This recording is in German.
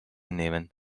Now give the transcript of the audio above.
nehmen